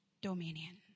Dominion